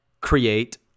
create